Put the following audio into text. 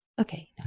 Okay